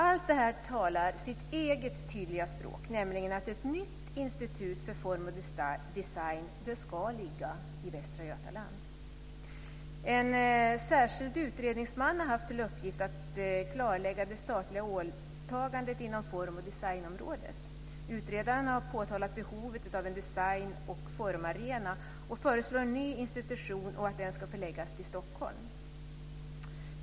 Allt det här talar sitt eget tydliga språk, nämligen att ett nytt institut för form och design ska ligga i Västra Götaland. En särskild utredningsman har haft till uppgift att klarlägga det statliga åtagandet inom form och designområdet. Utredaren har pekat på behovet av en design och formarena och föreslår att en ny institution ska förläggas till Stockholm.